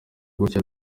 gutya